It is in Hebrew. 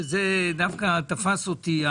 שזה דווקא תפס אותי,